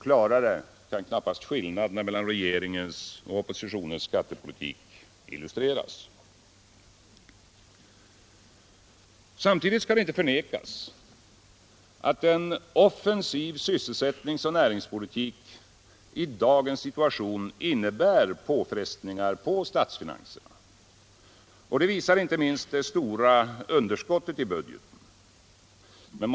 Klarare kan knappast skillnaderna mellan regeringens och oppositionens skattepolitik illustreras. Samtidigt skall det inte förnekas att en offensiv sysselsättningsoch näringspolitik i dagens situation innebär påfrestningar på statsfinanserna. Det visar inte minst det stora underskottet i budgeten.